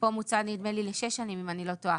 פה מוצע לשש שנים, אם אני לא טועה.